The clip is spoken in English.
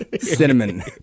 Cinnamon